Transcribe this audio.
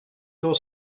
your